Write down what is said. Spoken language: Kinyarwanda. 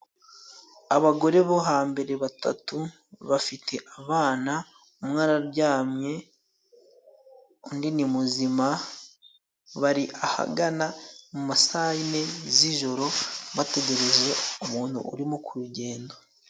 Abagore bo hambere batatu bafite abana, umwe araryamye, undi ni muzima bari ahagana mu ma sayine z'ijoro bategereje umuntu urimo ku rugendo.